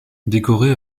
décorer